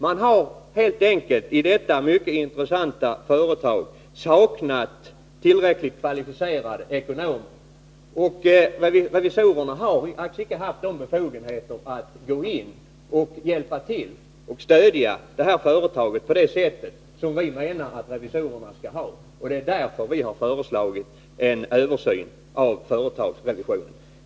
Man har helt enkelt i detta mycket intressanta företag saknat tillräcklig kvalificerade ekonomer, och revisorerna har som bekant inte tillräckliga befogenheter att gå in och hjälpa till och stödja företag på det sätt som vi menar att revisorerna borde ha möjlighet till. Det är därför vi har föreslagit en översyn av företagsrevisionen.